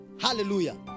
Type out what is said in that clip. hallelujah